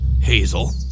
Hazel